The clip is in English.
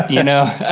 you know,